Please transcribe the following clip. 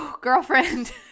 Girlfriend